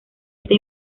esta